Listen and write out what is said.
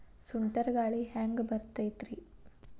ಸುಂಟರ್ ಗಾಳಿ ಹ್ಯಾಂಗ್ ಬರ್ತೈತ್ರಿ?